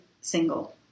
single